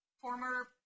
former